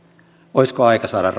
olisiko aika saada